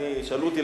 שאלו אותי,